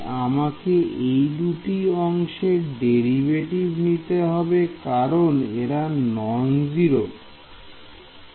তাই আমাকে এই দুটি অংশের ডেরিভেটিভ নিতে হবে কারণ এরা নন জিরো e1 এ